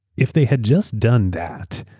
if they had just done that,